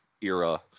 era